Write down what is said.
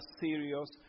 serious